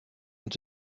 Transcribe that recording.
und